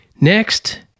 Next